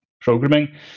programming